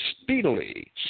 speedily